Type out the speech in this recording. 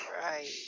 right